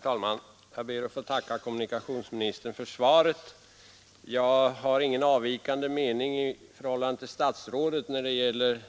Herr talman! Jag ber att få tacka kommunikationsministern för svaret. Jag har ingen avvikande mening i förhållande till statsrådet när det gäller